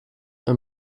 een